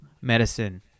medicine